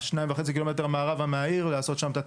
שניים וחצי קילומטרים מערבה מהעיר ולהקים שם את התחנה.